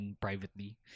privately